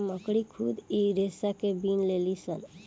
मकड़ी खुद इ रेसा के बिन लेलीसन